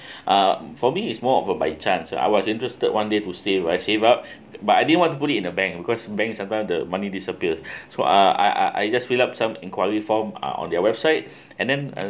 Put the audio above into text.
uh for me is more of a by chance lah or I was interested one day to save what save up but I didn't want to put it in the bank because bank sometime the money disappear so uh I I jI ust fill up some enquiry form are on their website and then uh